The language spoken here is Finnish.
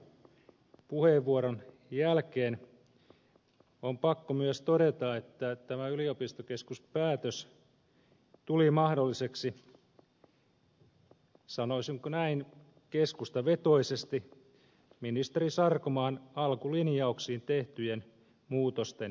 katajan puheenvuoron jälkeen on pakko myös todeta että tämä yliopistokeskuspäätös tuli mahdolliseksi sanoisinko näin keskustavetoisesti ministeri sarkomaan alkulinjauksiin tehtyjen muutosten myötä